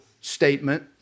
statement